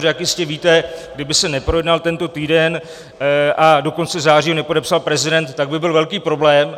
Jak jistě víte, kdyby se neprojednal tento týden a do konce září to nepodepsal prezident, tak by byl velký problém.